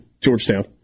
Georgetown